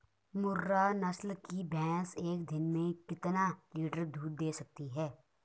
मुर्रा नस्ल की भैंस एक दिन में कितना लीटर दूध दें सकती है?